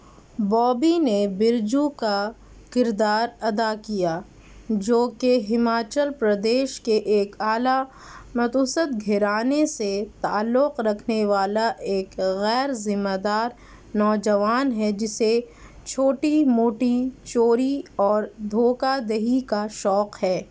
بابی نے برجو کا کردار ادا کیا جو كہ ہماچل پردیش كے ایک اعلیٰ مدھوسد گھرانے سے تعلق ركھنے والا ایک غیرذمہ دار نوجوان ہے جسے چھوٹی موٹی چوری اور دھوکہ دہی کا شوق ہے